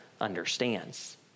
understands